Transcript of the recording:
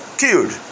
killed